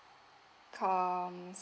come